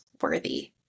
worthy